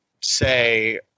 say